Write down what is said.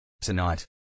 Tonight